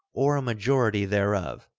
or a majority thereof,